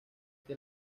que